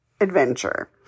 adventure